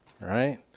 right